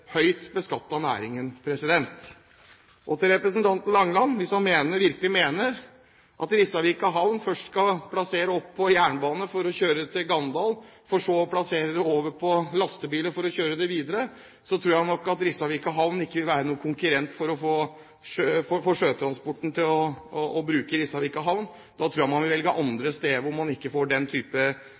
høyt beskattede næringen. Så til representanten Langeland: Hvis han virkelig mener at man med tanke på Risavika havn først skal plassere gods på jernbane, for så å kjøre til Ganddal, for deretter å plassere lasten over på lastebiler for å kjøre det videre, tror jeg nok at Risavika havn ikke vil være noen konkurrent med tanke på at sjøtransporten skal bruke havna. Da tror jeg man vil velge andre steder hvor man ikke får